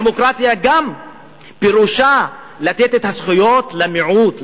דמוקרטיה פירושה גם לתת את הזכויות למיעוט,